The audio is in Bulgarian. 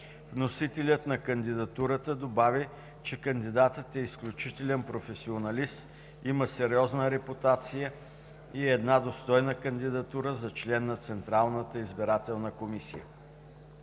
Вносителят на кандидатурата добави, че кандидатът е изключителен професионалист, има сериозна репутация и е една достойна кандидатура за член на Централната избирателна комисия.